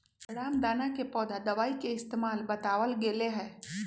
रामदाना के पौधा दवाई के इस्तेमाल बतावल गैले है